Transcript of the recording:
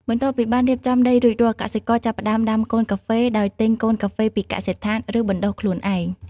បន្ទាប់ពីបានរៀបចំដីរួចរាល់ កសិករចាប់ផ្ដើមដាំកូនកាហ្វេ ដោយទិញកូនកាហ្វេពីកសិដ្ឋាន ឬបណ្ដុះខ្លួនឯង។